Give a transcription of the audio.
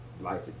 life